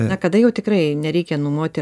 na kada jau tikrai nereikia numoti